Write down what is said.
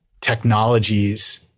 technologies